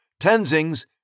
Tenzing's